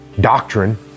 doctrine